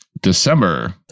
December